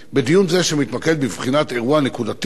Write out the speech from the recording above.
בדיון זה שמתמקד בבחינת אירוע נקודתי,